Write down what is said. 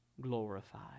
glorified